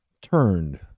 turned